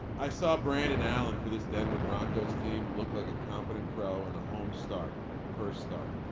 i saw brandon allen for this denver broncos team look like a competent pro in a home start first start.